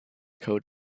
code